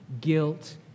Guilt